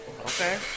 Okay